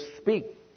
speak